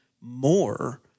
more